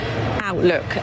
outlook